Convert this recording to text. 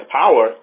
power